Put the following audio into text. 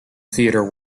theatre